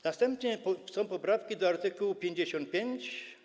Następnie są poprawki do art. 55.